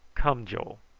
come, joe.